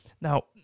Now